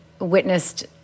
witnessed